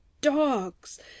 dogs